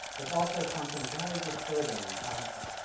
it's also something very disturbing and harmful.